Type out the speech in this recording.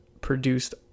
produced